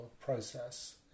process